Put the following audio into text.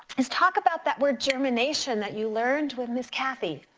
is talk about that word germination that you learned with miss kathy.